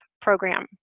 program